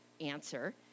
answer